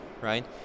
Right